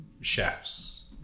chefs